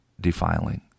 defiling